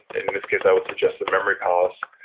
in this case i would suggest a memory palace.